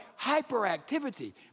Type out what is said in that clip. hyperactivity